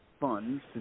funds